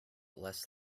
less